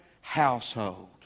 household